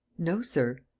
no, sir.